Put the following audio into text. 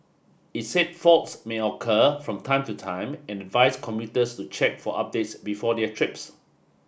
it said faults may occur from time to time and advised commuters to check for updates before their trips